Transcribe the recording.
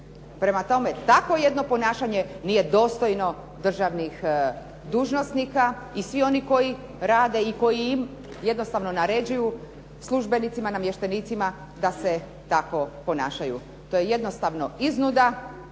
Prema tome, takvo jedno ponašanje nije dostojno državnih dužnosnika i svi oni koji rade i koji jednostavno naređuju službenicima, namještenicima da se tako ponašaju. To je jednostavno iznuda,